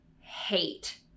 hate